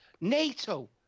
NATO